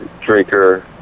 drinker